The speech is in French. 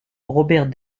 robert